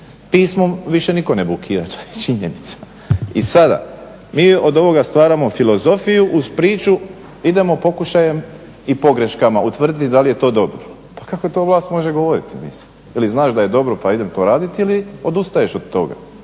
Pismom više niko ne bukira to je činjenica. I sada mi od ovoga stvaramo filozofiju uz priču idemo pokušajem i pogreškama utvrditi da li je to dobro. Pa kakva to vlast može govoriti ili znaš da je dobro pa idem to raditi ili odustaješ od toga.